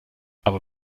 aber